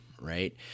right